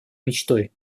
мечтой